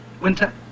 Winter